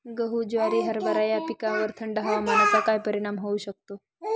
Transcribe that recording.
गहू, ज्वारी, हरभरा या पिकांवर थंड हवामानाचा काय परिणाम होऊ शकतो?